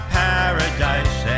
paradise